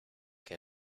que